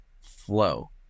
flow